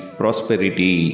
prosperity